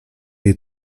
jej